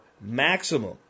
maximum